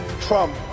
Trump